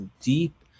deep